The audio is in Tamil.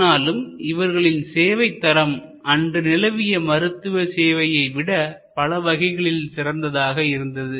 ஆனாலும் இவர்களின் சேவை தரம் அன்று நிலவிய மருத்துவசேவையை விட பலவகைகளில் சிறந்ததாக இருந்தது